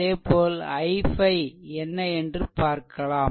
அதேபோல் i5 என்ன என்று பார்க்கலாம்